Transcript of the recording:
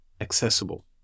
accessible